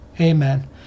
amen